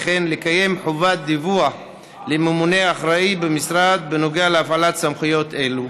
וכן לקיים חובת דיווח לממונה האחראי במשרד בנוגע להפעלת סמכויות אלו.